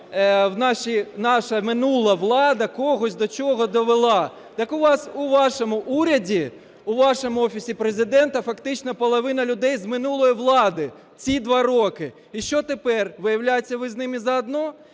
наша минула влада когось до чого довела. Так у вас у вашому уряді, у вашому Офісі Президента, фактично половина людей з минулої влади, ці два роки. І що тепер, виявляється ви з ними за одно?